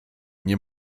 nie